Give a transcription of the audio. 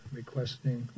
requesting